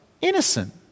innocent